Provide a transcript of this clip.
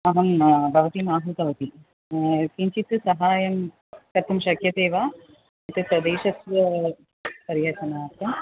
अहं भवतीं आहूतवती किञ्चित् सहायं कर्तुं शक्यते वा इत्युक्ते देशस्य पर्यटनार्थं